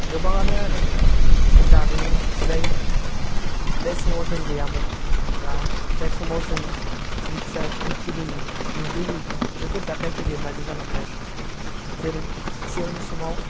गोबाङानो आरो जारिमिन जाय जाय समाव जों गैयामोन बा जाय समाव जों मिथिया मिथिबोयै नुबोयै बेफोर जाथाइखौ लिरनानै गालांनाय जेरै सिगांनि समाव